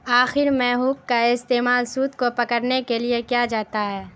آخر میں ہک کا استعمال سوت کو پکڑنے کے لیے کیا جاتا ہے